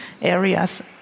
areas